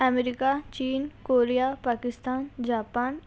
ॲमेरिका चीन Korea Pakistan Japan